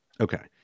Okay